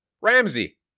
ramsey